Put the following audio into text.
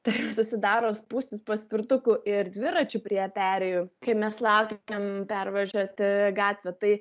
tai susidaro spūstis paspirtukų ir dviračių prie perėjų kai mes laukiam ten pervažiuoti gatvę tai